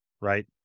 right